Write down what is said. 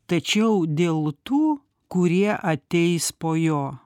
tačiau dėl tų kurie ateis po jo